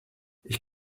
ich